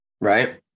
Right